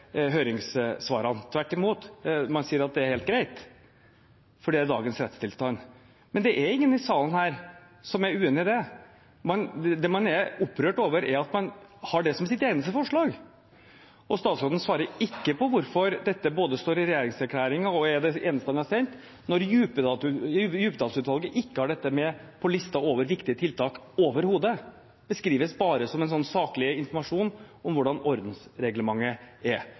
høringssvarene. Tvert imot, man sier at det er helt greit, for det er dagens rettstilstand. Det er ingen i salen her som er uenig i det. Det man er opprørt over, er at man har det som sitt eneste forslag. Statsråden svarer ikke på hvorfor dette både står i regjeringserklæringen og er det eneste han har sendt, når Djupedal-utvalget ikke har dette med på listen over viktige tiltak overhodet – det beskrives bare som en saklig informasjon om hvordan ordensreglementet er.